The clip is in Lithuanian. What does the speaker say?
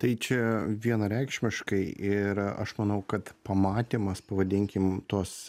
tai čia vienareikšmiškai ir aš manau kad pamatymas pavadinkim tos